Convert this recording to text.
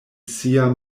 sia